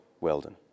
Weldon